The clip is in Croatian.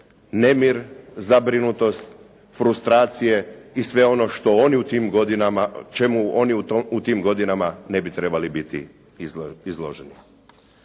nemir, zabrinutost, frustracije i sve ono što oni u tim godinama, čemu oni u tim godinama ne bi trebali biti izloženi.